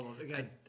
again